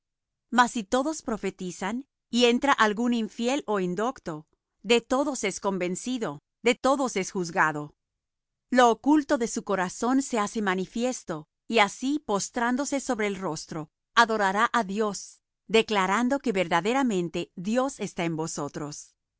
mas si todos profetizan y entra algún infiel ó indocto de todos es convencido de todos es juzgado lo oculto de su corazón se hace manifiesto y así postrándose sobre el rostro adorará á dios declarando que verdaderamente dios está en vosotros